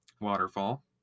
Waterfall